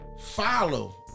Follow